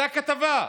זו הכתבה.